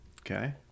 Okay